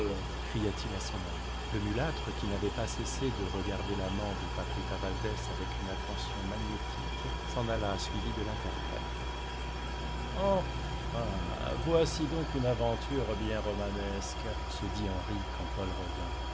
cria-t-il à son ami le mulâtre qui n'avait cessé de regarder l'amant de paquita valdès avec une attention magnétique s'en alla suivi de l'interprète enfin voici donc une aventure bien romanesque se dit henri